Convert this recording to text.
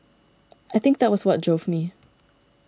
I think that was what drove me